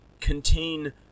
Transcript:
contain